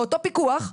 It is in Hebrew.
ואותו פיקוח,